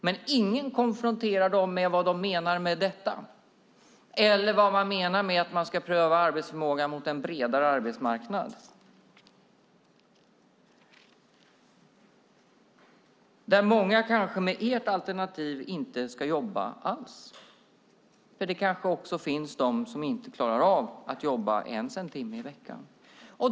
Men ingen konfronterar dem med vad de menar med detta eller vad de menar med att man ska pröva arbetsförmågan mot en bredare arbetsmarknad. Många ska kanske med ert alternativ inte jobba alls för det kanske finns också människor som inte klarar att jobba ens en timme i veckan.